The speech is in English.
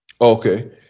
Okay